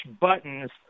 buttons